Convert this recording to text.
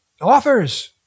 authors